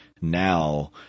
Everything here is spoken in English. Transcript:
now